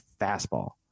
fastball